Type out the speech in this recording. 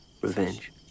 revenge